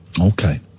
Okay